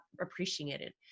appreciated